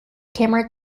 camera